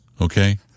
okay